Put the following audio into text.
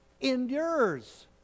endures